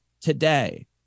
today